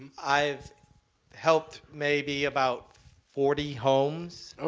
i have helped maybe about forty homes,